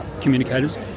communicators